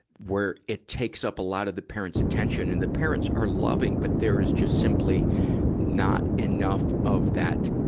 where it takes up a lot of the parents' attention. and the parents are loving, but there is just simply not enough of that,